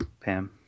Pam